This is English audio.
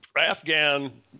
Afghan